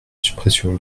suppression